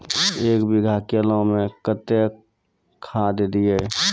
एक बीघा केला मैं कत्तेक खाद दिये?